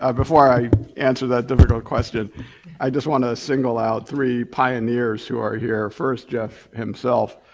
ah before i answer that difficult question i just wanna single out three pioneers who are here. first, jeff himself,